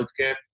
healthcare